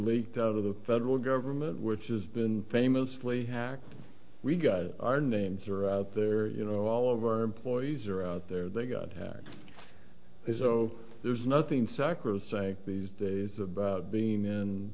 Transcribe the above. leaked out of the federal government which has been famously hacked we got our names are out there you know all of our employees are out there they got hacked so there's nothing sacrosanct these days about being in